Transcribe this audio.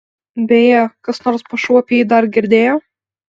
beje kas nors po šou apie jį dar girdėjo